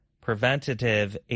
preventative